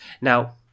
Now